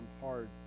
hard